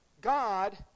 God